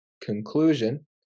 conclusion